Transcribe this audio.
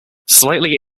slightly